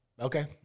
Okay